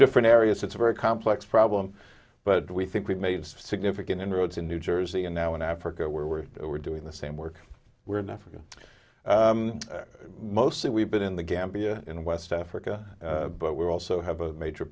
different areas it's a very complex problem but we think we've made significant inroads in new jersey and now in africa where we're we're doing the same work we're in africa mostly we've been in the gambia in west africa but we also have a major